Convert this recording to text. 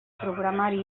programari